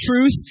truth